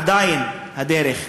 עדיין הדרך ארוכה.